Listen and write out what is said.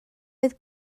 oedd